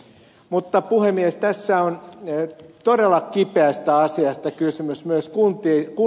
mutta puhemies tässä on todella kipeästä asiasta kysymys myös kunnissa